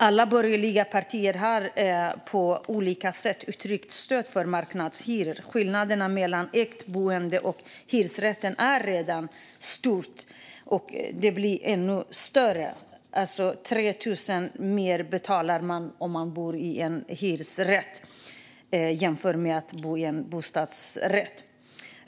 Alla borgerliga partier har på olika sätt uttryckt stöd för marknadshyror. Skillnaden mellan ägt boende och hyresrätten är redan stor, och den blir ännu större. Man betalar 3 000 mer för att bo i en hyresrätt jämfört med att bo i en bostadsrätt.